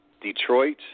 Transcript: Detroit